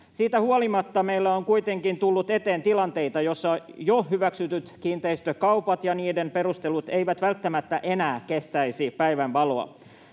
Siitä huolimatta meillä on kuitenkin tullut eteen tilanteita, joissa jo hyväksytyt kiinteistökaupat ja niiden perustelut eivät välttämättä enää kestäisi päivänvaloa.